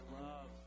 love